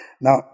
Now